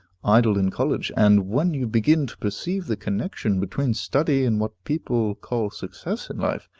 idle in college, and, when you began to perceive the connection between study and what people call success in life,